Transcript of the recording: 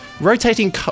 rotating